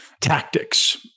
tactics